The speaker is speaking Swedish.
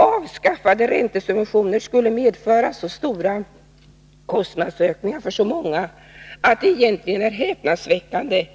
Avskaffade räntesubventioner skulle medföra så stora kostnadsökningar för så många, att det egentligen är häpnadsväckande